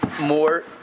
more